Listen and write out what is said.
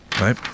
right